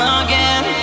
again